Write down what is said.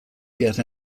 get